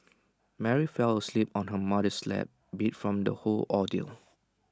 Mary fell asleep on her mother's lap beat from the whole ordeal